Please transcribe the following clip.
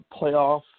playoff